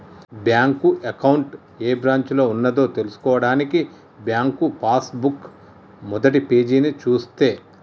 bank account ఏ బ్రాంచిలో ఉన్నదో తెల్సుకోవడానికి బ్యాంకు పాస్ బుక్ మొదటిపేజీని చూస్తే